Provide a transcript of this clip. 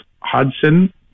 Hudson